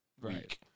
right